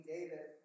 David